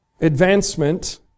advancement